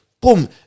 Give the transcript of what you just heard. boom